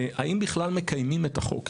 האם בכלל מקיימים את החוק?